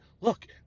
look